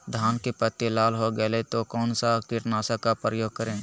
धान की पत्ती लाल हो गए तो कौन सा कीटनाशक का प्रयोग करें?